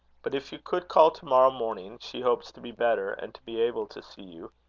but if you could call to-morrow morning, she hopes to be better and to be able to see you.